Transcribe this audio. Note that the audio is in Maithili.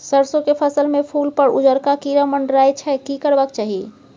सरसो के फसल में फूल पर उजरका कीरा मंडराय छै की करबाक चाही?